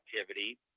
activity